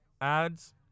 ads